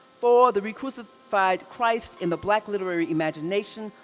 four, the recrucified christ in the black literary imagination,